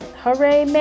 Hooray